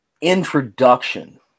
introduction